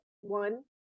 one